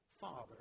father